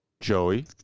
Joey